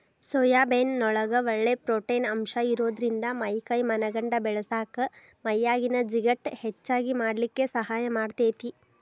soybean ನೊಳಗ ಒಳ್ಳೆ protein ಅಂಶ ಇರೋದ್ರಿಂದ ಮೈ ಕೈ ಮನಗಂಡ ಬೇಳಸಾಕ ಮೈಯಾಗಿನ ಜಿಗಟ್ ಹೆಚ್ಚಗಿ ಮಾಡ್ಲಿಕ್ಕೆ ಸಹಾಯ ಮಾಡ್ತೆತಿ